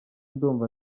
ndumva